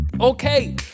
Okay